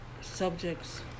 subjects